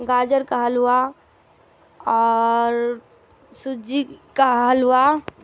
گاجر کا حلوہ اور سوجی کا حلوہ